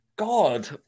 God